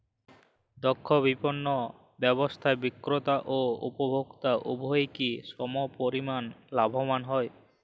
দক্ষ বিপণন ব্যবস্থায় বিক্রেতা ও উপভোক্ত উভয়ই কি সমপরিমাণ লাভবান হয়?